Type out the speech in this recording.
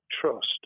trust